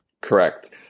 correct